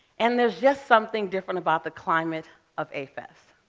and there's just something different about the climate of a-fest.